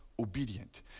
obedient